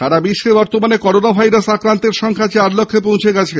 সারা বিশ্বে বর্তমানে corona virus আক্রান্তের সংখ্যা প্রায় চার লক্ষে পৌছে গেছে